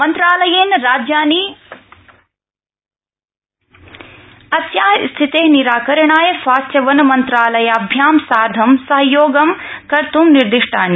मन्त्रालयेन राज्यानि अस्या स्थिते निराकरणाय स्वास्थ्य वन्यमन्त्रालयाभ्यां सार्ध सहयोगं कर्त् निर्दिष्टानि